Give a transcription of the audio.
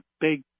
big